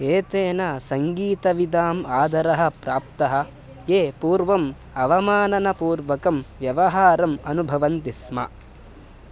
एतेन सङ्गीतविदाम् आदरः प्राप्तः ये पूर्वम् अवमाननपूर्वकं व्यवहारम् अनुभवन्ति स्म